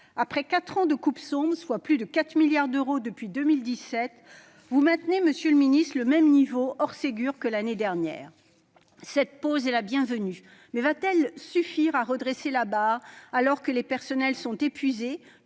Après quatre ans de coupes claires, soit plus de 4 milliards d'euros depuis 2017, vous maintenez, monsieur le ministre, le même niveau- hors Ségur -que l'année dernière. Cette pause est la bienvenue, mais va-t-elle suffire à redresser la barre ? Les personnels sont épuisés